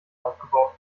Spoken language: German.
aufgebaut